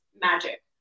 magic